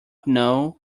know